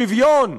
שוויון,